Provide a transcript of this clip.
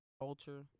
culture